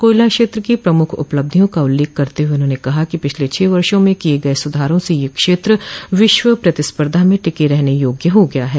कोयला क्षत्र की प्रमुख उपलब्धियों का उल्लेख करते हुए उन्होंने कहा कि पिछले छह वर्षों में किय गये सुधारों से यह क्षेत्र विश्व प्रतिस्पर्घा में टिके रहने योग्य हो गया है